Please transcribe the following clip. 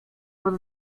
pod